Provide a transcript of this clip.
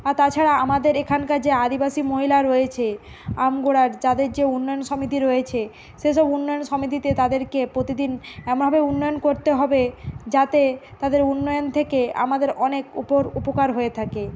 আর তাছাড়া আমাদের এখানকার যে আদিবাসী মহিলা রয়েছে আমগোড়ার যাদের যে উন্নয়ন সমিতি রয়েছে সে সব উন্নয়ন সমিতিতে তাদেরকে প্রতিদিন এমনভাবে উন্নয়ন করতে হবে যাতে তাদের উন্নয়ন থেকে আমাদের অনেক উপর উপকার হয়ে থাকে